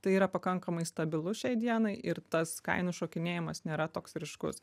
tai yra pakankamai stabilu šiai dienai ir tas kainų šokinėjimas nėra toks ryškus